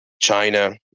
China